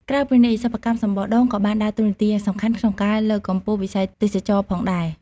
ក្រៅពីនេះ សិប្បកម្មសំបកដូងក៏បានដើរតួនាទីយ៉ាងសំខាន់ក្នុងការលើកកម្ពស់វិស័យទេសចរណ៍ផងដែរ។